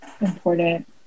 important